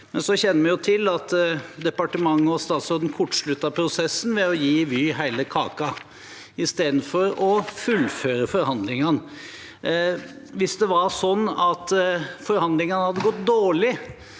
Så kjenner vi jo til at departementet og statsråden kortsluttet prosessen ved å gi Vy hele kaka, istedenfor å fullføre forhandlingene. Hvis det var sånn at forhandlingene gikk dårlig,